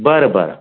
बरं बरं